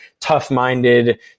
tough-minded